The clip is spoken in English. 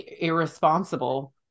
irresponsible